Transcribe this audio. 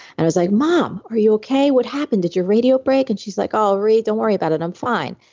and i was, like mom, are you okay? what happened? did your radio break? and she's, like oh, ree, don't worry about it. i'm fine.